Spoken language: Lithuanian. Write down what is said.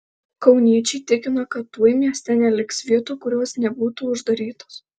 kauniečiai tikino kad tuoj mieste neliks vietų kurios nebūtų uždarytos